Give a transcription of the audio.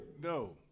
No